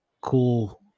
cool